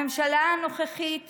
הממשלה הנוכחית